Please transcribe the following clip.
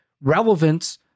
relevance